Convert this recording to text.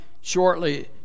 shortly